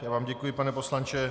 Já vám děkuji, pane poslanče.